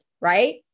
right